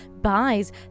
buys